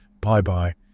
Bye-bye